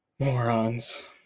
Morons